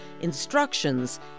instructions